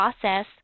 process